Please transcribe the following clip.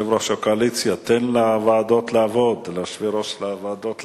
יושב-ראש הקואליציה, תן ליושבי-ראש הוועדות לעבוד.